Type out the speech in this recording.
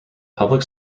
public